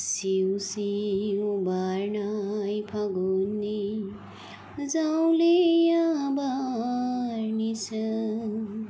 सिउ सिउ बारनाय फागुननि जावलिया बारनिसो